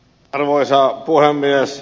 arvoisa puhemies